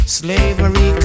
slavery